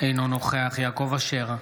אינו נוכח יעקב אשר,